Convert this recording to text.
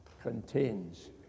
contains